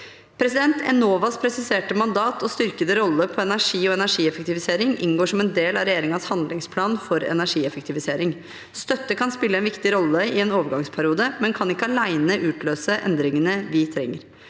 teknologi. Enovas presiserte mandat og styrkede rolle innen energi og energieffektivisering inngår som en del av regjeringens handlingsplan for energieffektivisering. Støtte kan spille en viktig rolle i en overgangsperiode, men kan ikke alene utløse endringene vi trenger.